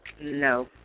No